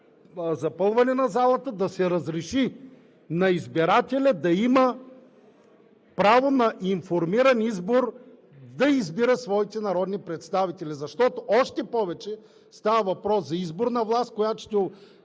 запълване на залата да се разреши на избирателя да има право на информиран избор, за да избира своите народни представители. Става въпрос за изборната власт, която ще